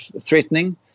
threatening